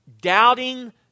doubting